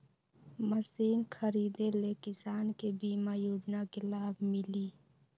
Machine खरीदे ले किसान के बीमा योजना के लाभ मिली?